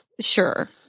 sure